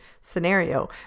scenario